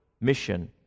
mission